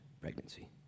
pregnancy